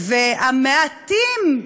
והמעטים,